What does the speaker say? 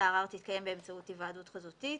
הערר תתקיים באמצעות היוועדות חזותית,